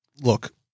look